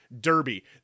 Derby